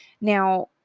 Now